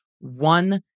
one